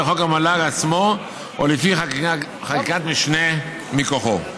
בחוק המל"ג עצמו או לפי חקיקת משנה מכוחו.